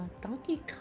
Donkey